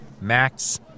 Max